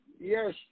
yes